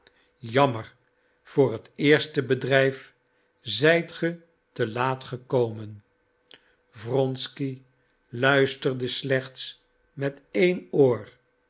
jammer voor het eerste bedrijf zijt ge te laat gekomen wronsky luisterde slechts met één oor